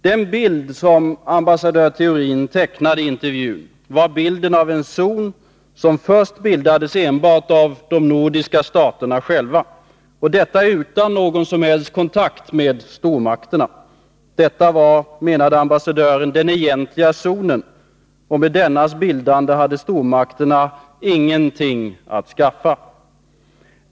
Den bild som ambassadör Theorin tecknade i intervjun var bilden av en zon som först bildades enbart av de nordiska staterna själva, och detta utan någon som helst kontakt med stormakterna. Detta var, menade ambassadören, den egentliga zonen, och med dennas bildande hade stormakterna ingenting att skaffa.